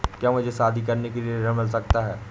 क्या मुझे शादी करने के लिए ऋण मिल सकता है?